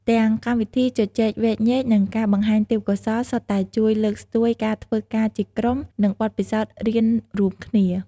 ទាំងកម្មវិធីជជែកវែកញែក និងការបង្ហាញទេពកោសល្យសុទ្ធតែជួយលើកស្ទួយការធ្វើការជាក្រុម និងបទពិសោធន៍រៀនរួមគ្នា។